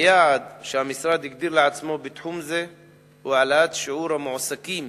היעד שהמשרד הגדיר לעצמו בתחום זה הוא העלאת שיעור המועסקים